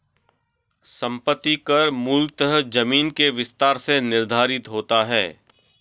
संपत्ति कर मूलतः जमीन के विस्तार से निर्धारित होता है